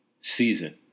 season